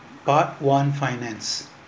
part one finance